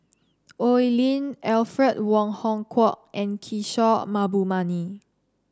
Oi Lin Alfred Wong Hong Kwok and Kishore Mahbubani